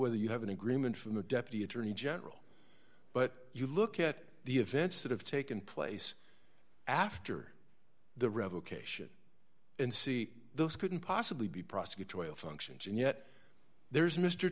whether you have an agreement from the deputy attorney general but you look at the events that have taken place after the revocation and see those couldn't possibly be prosecutorial functions and yet there's m